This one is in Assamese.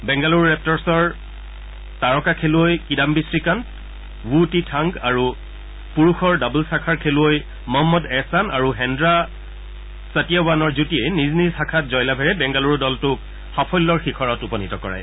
বেংগালুৰু ৰেপ্টৰছৰ তাৰকা খেলুৱৈ কিদাম্বি শ্ৰীকান্ত ৰু টি থাংগ আৰু পুৰুষৰ ডাব্লছ শাখাৰ খেলুৱৈ মহম্মদ এহছান আৰু হেদ্ৰা ছতিয়াৱানৰ যুটিয়ে নিজ নিজ শাখাত জয়লাভেৰে বেংগালুৰু দলটোক সাফল্যৰ শিখৰত উপনীত কৰায়